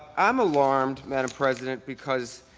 i'm alarmed, madam president because